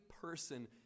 person